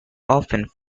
often